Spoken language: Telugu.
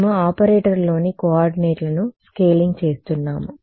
మేము ఆపరేటర్లోని కోఆర్డినేట్లను స్కేలింగ్ చేస్తున్నాము